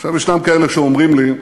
עכשיו, יש כאלה שאומרים לי: